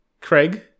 Craig